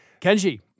Kenji